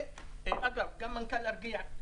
גם מנכ"ל ארקיע,